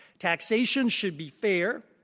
taxation should be fair,